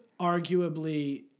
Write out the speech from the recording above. arguably